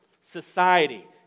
society